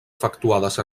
efectuades